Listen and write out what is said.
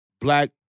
black